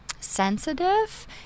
sensitive